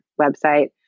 website